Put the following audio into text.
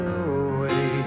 away